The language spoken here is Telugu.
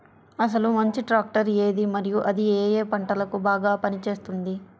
అసలు మంచి ట్రాక్టర్ ఏది మరియు అది ఏ ఏ పంటలకు బాగా పని చేస్తుంది?